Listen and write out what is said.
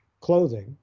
clothing